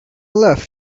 left